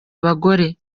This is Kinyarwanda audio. abagore